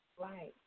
Right